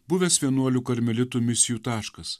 buvęs vienuolių karmelitų misijų taškas